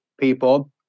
People